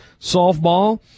softball